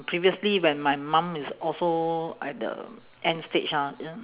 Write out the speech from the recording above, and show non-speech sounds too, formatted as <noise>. previously when my mum is also at the end stage ah <noise>